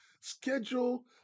Schedule